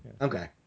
Okay